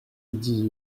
dit